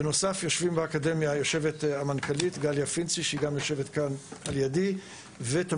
בנוסף המנכ"לית גליה פינצי שגם נמצאת לידי ותמיד